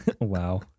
Wow